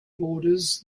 borders